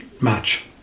match